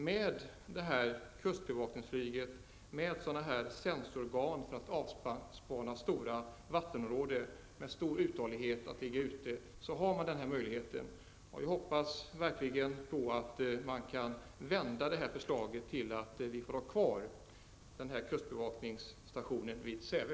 Med detta kustbevakningsflyg, med sensorer för att avspana stora vattenområden och med stor uthållighet att ligga ute, finns den möjligheten. Jag hoppas alltså att vi får ha kvar denna kustbevakningsstation vid Säve.